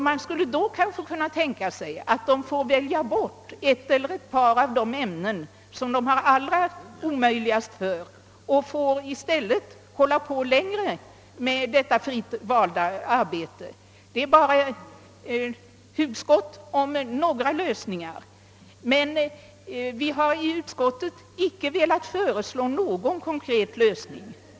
Man skulle då kanske kunna tänka sig att de får välja bort ett eller ett par av de ämnen, som är allra svårast för dem, och i stället får ägna sig mera åt det fritt valda arbetet. Detta var bara några hugskott beträffande möjliga lösningar. Vi har dock i utskottet icke velat föreslå någon konkret lösning.